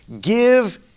give